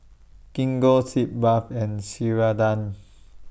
Gingko Sitz Bath and Ceradan